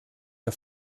der